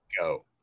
go